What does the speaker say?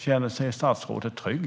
Känner sig statsrådet trygg?